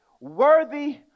worthy